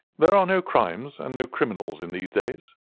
there are no crimes and no criminals in these days,